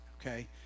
okay